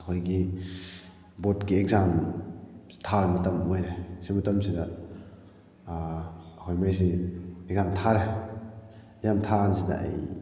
ꯑꯩꯈꯣꯏꯒꯤ ꯕꯣꯔꯠꯀꯤ ꯑꯦꯛꯖꯥꯝ ꯊꯥꯕ ꯃꯇꯝ ꯑꯣꯏꯔꯦ ꯁꯤ ꯃꯇꯝꯁꯤꯗ ꯑꯩꯈꯣꯏ ꯃꯈꯩꯁꯤ ꯄꯔꯤꯈ꯭ꯌꯥ ꯊꯥꯔꯦ ꯑꯦꯛꯖꯥꯝ ꯊꯥꯀꯥꯟꯁꯤꯗ ꯑꯩ